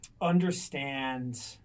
understand